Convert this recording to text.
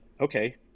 okay